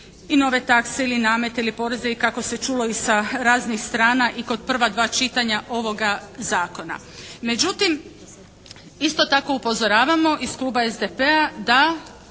i nove takse ili namete ili poreze i kako se čulo i sa raznih strana i kod prva dva čitanja ovoga zakona. Međutim, isto tako upozoravamo iz kluba SDP-a da